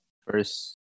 first